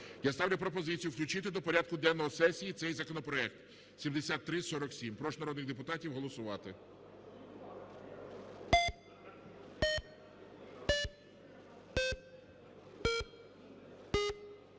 Я ставлю пропозицію включити до порядку денного сесії цей законопроект 7347. Прошу народних депутатів голосувати.